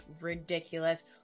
ridiculous